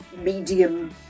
medium